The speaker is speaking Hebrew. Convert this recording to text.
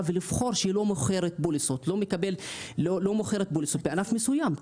ולבחור שהיא לא מוכרת פוליסות בענף מסוים,